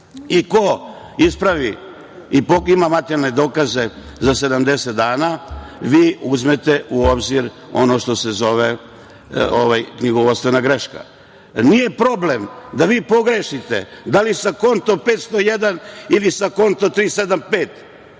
i ko ispravi i ima materijalne dokaze za 70 dana vi uzmete u obzir ono što se zove knjigovodstvena greška. Nije problem da vi pogrešite da li sa konta 501 ili sa konta 375